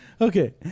Okay